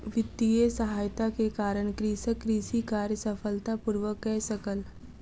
वित्तीय सहायता के कारण कृषक कृषि कार्य सफलता पूर्वक कय सकल